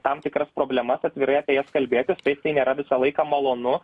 tam tikras problemas atvirai apie jas kalbėtis taip tai nėra visą laiką malonu